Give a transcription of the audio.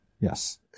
yes